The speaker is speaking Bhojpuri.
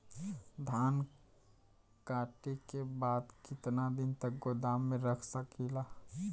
धान कांटेके बाद कितना दिन तक गोदाम में रख सकीला?